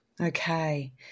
okay